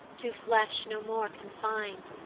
to flesh no more confin'd,